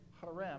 harem